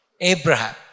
Abraham